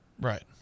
Right